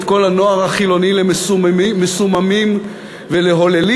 את כל הנוער החילוני למסוממים ולהוללים.